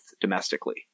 domestically